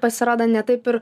pasirodo ne taip ir